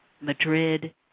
Madrid